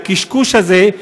הקשקוש הזה,